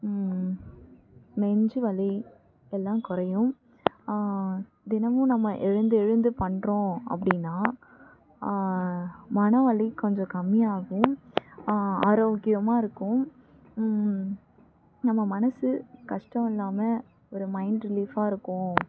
நெஞ்சு வலி எல்லாம் குறையும் தினமும் நம்ம எழுந்து எழுந்து பண்ணுறோம் அப்படின்னா மன வலி கொஞ்சம் கம்மியாகும் ஆரோக்கியமாக இருக்கும் நம்ம மனது கஷ்டம் இல்லாமல் ஒரு மைண்ட் ரிலீஃபாக இருக்கும்